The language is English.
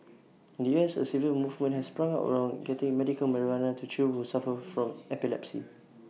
in the U S A civil movement has sprung up around getting medical marijuana to children who suffer from epilepsy